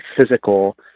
physical